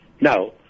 Now